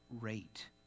rate